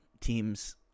team's